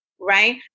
right